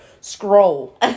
scroll